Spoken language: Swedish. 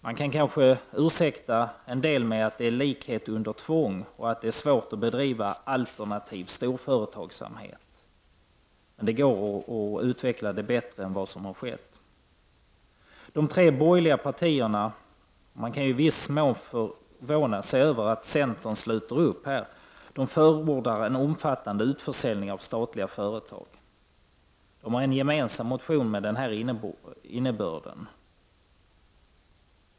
Man kan kanske ursäkta den något med att säga att det är likhet under tvång och att det är svårt att bedriva alternativ storföretagsamhet. Men det går att utveckla den bättre än vad som har skett. De tre borgerliga partierna — man kan i viss mån förvåna sig över centerns uppslutning — förordar en omfattande utförsäljning av statliga företag. De har en gemensam motion med denna innebörd.